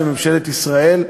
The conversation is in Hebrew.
לממשלת ישראל,